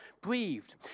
breathed